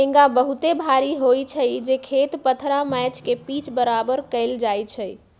हेंगा बहुते भारी होइ छइ जे खेत पथार मैच के पिच बरोबर कएल जाइ छइ